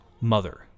mother